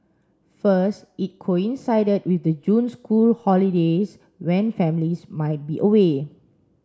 first it coincided with the June school holidays when families might be away